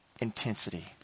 intensity